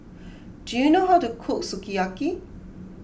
do you know how to cook Sukiyaki